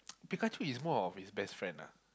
Pikachu is more of his best friend ah